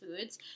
foods